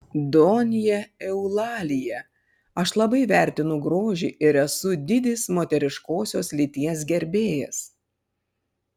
donja eulalija aš labai vertinu grožį ir esu didis moteriškosios lyties gerbėjas